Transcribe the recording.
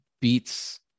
beats